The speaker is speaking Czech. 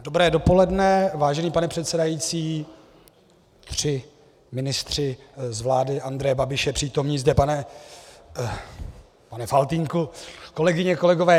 Dobré dopoledne, vážený pane předsedající, tři ministři z vlády Andreje Babiše zde přítomní, pane Faltýnku , kolegyně, kolegové.